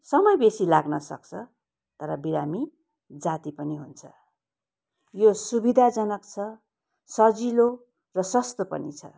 समय बेसी लाग्न सक्छ तर बिरामी जाति पनि हुन्छ यो सुविधाजनक छ सजिलो र सस्तो पनि छ